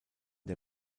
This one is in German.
der